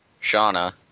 Shauna